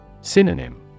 Synonym